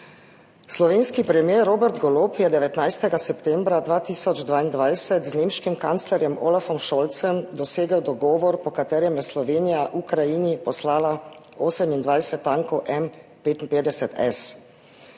Slovenski premier Robert Golob je 19. septembra 2022 z nemškim kanclerjem Olafom Scholzem dosegel dogovor, po katerem je Slovenija Ukrajini poslala 28 tankov M-55S,